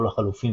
או לחלופין,